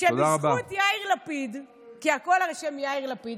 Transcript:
שבזכות יאיר לפיד, כי בכול אשם יאיר לפיד.